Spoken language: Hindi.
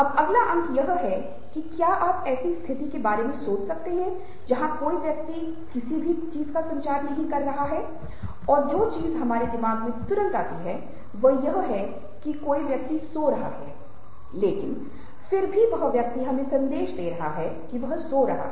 अब अगला अंक यह है कि क्या आप ऐसी स्थिति के बारे में सोच सकते हैं जहां कोई व्यक्ति किसी भी चीज का संचार नहीं कर रहा है और जो चीज हमारे दिमाग में तुरंत आती है वह यह है कि कोई व्यक्ति सो रहा है लेकिन फिर भी वह व्यक्ति हमे सन्देश डे रहा है की वह सो रहा है